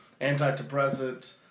antidepressant